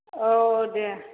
औ दे